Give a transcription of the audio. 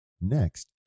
Next